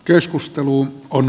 keskusteluun on